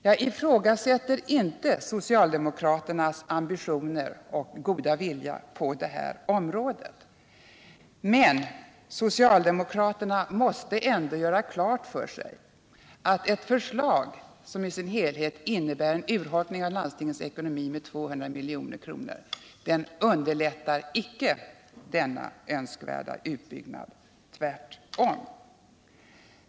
Jag ifrågasätter inte socialdemokraternas ambitioner och goda vilja på detta område, men socialdemokraterna måste ändå göra klart för sig att ett förslag som i sin helhet innebär en urholkning av landstingens ekonomi med 200 milj.kr. inte underlättar den önskvärda utbyggnaden — tvärtom.